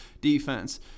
defense